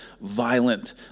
violent